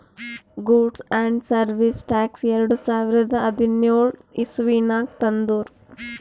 goods and service tax ಎರಡು ಸಾವಿರದ ಹದಿನ್ಯೋಳ್ ಇಸವಿನಾಗ್ ತಂದುರ್